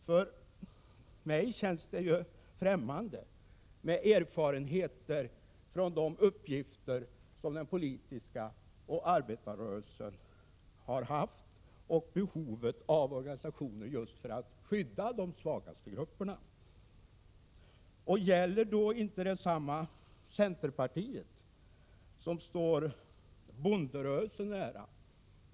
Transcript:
För mig känns det främmande med de erfarenheter jag har från den politiska och fackliga arbetarrörelsen och dess organisationer som har till uppgift just att skydda de svagaste grupperna. Gäller inte detsamma centerpartiet, som står bonderörelsen nära?